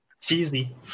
cheesy